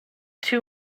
two